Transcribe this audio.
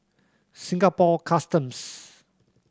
Singapore Customs